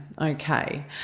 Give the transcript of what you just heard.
okay